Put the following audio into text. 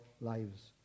lives